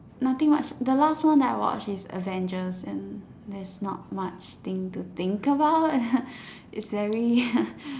nothing much the last one that I watched is avengers and there's not much thing to think about it's very